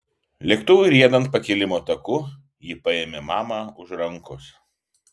lėktuvui riedant pakilimo taku ji paėmė mamą už rankos